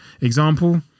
example